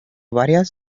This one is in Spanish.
varias